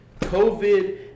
COVID